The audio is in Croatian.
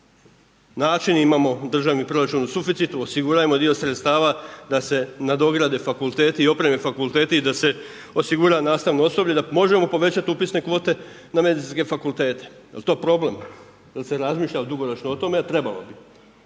načini, imamo državni proračun u suficitu, osiguramo dio sredstva da se nadograde fakulteti i opreme fakulteti i da se osigura nastavno osoblje da možemo povećati upisne kvote na medicinske fakultete, jel to problem, jel se razmišlja dugoročno o tome, jer trebalo bi.